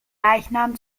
leichnam